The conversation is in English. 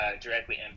directly